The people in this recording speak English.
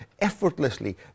effortlessly